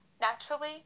naturally